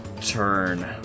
turn